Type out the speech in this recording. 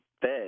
fed